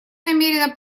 намерена